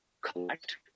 collect